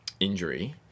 injury